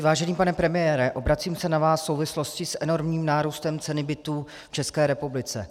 Vážený pane premiére, obracím se na vás v souvislosti s enormním nárůstem ceny bytů v České republice.